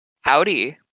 Howdy